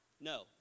No